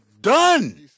done